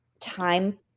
time